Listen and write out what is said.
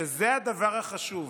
שזה הדבר החשוב,